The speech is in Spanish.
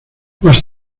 más